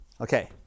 Okay